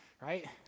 right